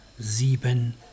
sieben